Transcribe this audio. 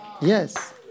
Yes